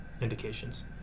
indications